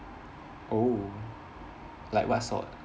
oh like what sort